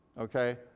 Okay